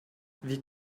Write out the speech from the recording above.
wie